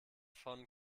von